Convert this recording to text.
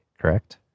correct